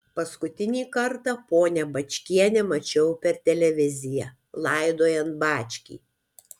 paskutinį kartą ponią bačkienę mačiau per televiziją laidojant bačkį